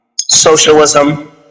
socialism